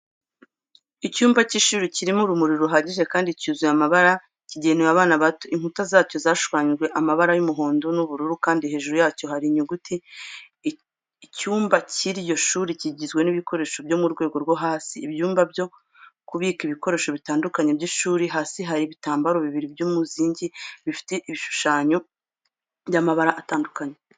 Icyumba cy'ishuri kirimo urumuri ruhagije kandi cyuzuye amabara kigenewe abana bato. Inkuta zacyo zashushanyijwe amabara y'umuhondo n'ubururu kandi hejuru yacyo hari inyuguti. Icyumba cy'iryo shuri kigizwe n'ibikoresho byo mu rwego rwo hasi, ibyumba byo kubika ibikoresho bitandukanye by'ishuri, hasi hari ibitambaro bibiri by'umuzingi bifite ibishushanyo by'amabara atandukanye.